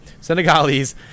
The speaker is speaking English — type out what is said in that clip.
Senegalese